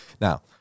now